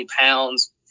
pounds